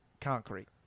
concrete